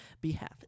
behalf